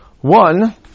One